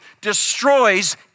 destroys